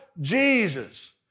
Jesus